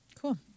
Cool